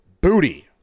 Booty